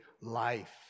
life